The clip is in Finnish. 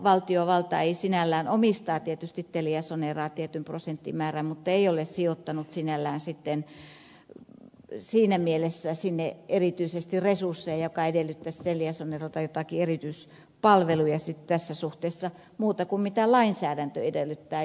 valtiovalta sinällään omistaa tietysti teliasoneraa tietyn prosenttimäärän mutta ei ole sijoittanut sitten siinä mielessä sinne erityisesti resursseja joka edellyttäisi teliasoneralta jotakin erityispalveluja sitten tässä suhteessa muuta kuin mitä lainsäädäntö edellyttää